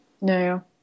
no